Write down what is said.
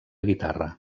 guitarra